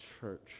church